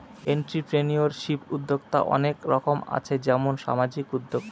entrepreneurship উদ্যক্তা অনেক রকম আছে যেমন সামাজিক উদ্যোক্তা